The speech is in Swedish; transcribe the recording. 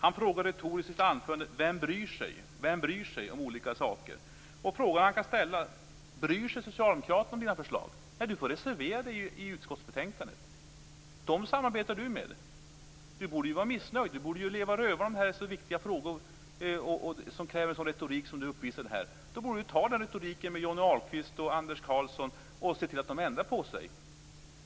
Han frågar retoriskt i sitt anförande: Vem bryr sig? Frågan han kan ställa är ju om Socialdemokraterna bryr sig om hans förslag. Han får reservera sig i utskottsbetänkandet. Han samarbetar med dem. Om detta är så viktiga frågor som kräver en sådan retorik som han uppvisade här, borde han ju vara missnöjd och leva rövare. Hans Andersson borde ta den retoriken med Johnny Ahlqvist och Anders Karlsson och se till att de ändrar sig.